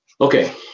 Okay